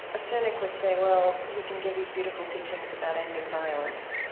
a cynic would say, well, he can give these beautiful teachings about ending violence.